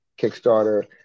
Kickstarter